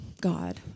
God